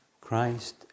Christ